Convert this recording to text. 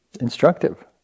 instructive